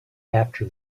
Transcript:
after